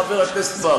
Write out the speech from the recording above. חבר הכנסת בר,